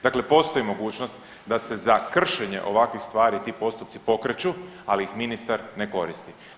Dakle postoji mogućnost da se za kršenje ovakvih stvari ti postupci pokreću, ali ih ministar ne koristi.